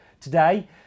Today